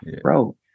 Bro